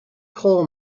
coal